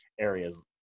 areas